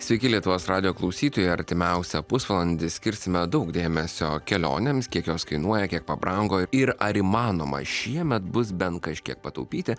sveiki lietuvos radijo klausytojai artimiausią pusvalandį skirsime daug dėmesio kelionėms kiek jos kainuoja kiek pabrango ir ar įmanoma šiemet bus bent kažkiek pataupyti